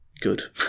good